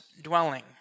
dwelling